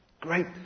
Great